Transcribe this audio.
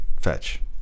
fetch